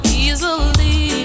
easily